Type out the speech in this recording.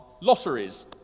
lotteries